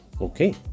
Okay